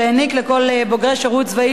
שהעניק לכל בוגרי שירות צבאי,